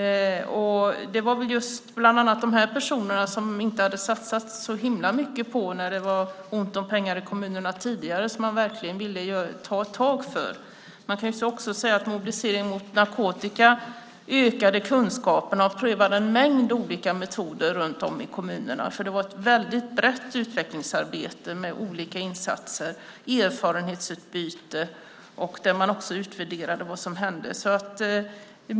Det var bland annat dessa personer som det inte hade satsats så himla mycket på när det var ont om pengar i kommunerna tidigare som man verkligen ville ta ett tag för. Man kan också säga att Mobilisering mot narkotika ökade kunskaperna. Man prövade en mängd olika metoder runt om i kommunerna, för det var ett väldigt brett utvecklingsarbete med olika insatser och erfarenhetsutbyte där man också utvärderade vad som hände.